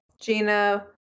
Gina